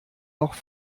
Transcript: noch